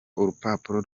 urupapuro